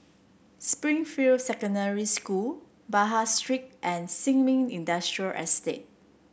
Springfield Secondary School Pahang Street and Sin Ming Industrial Estate